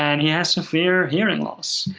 and he has severe hearing loss.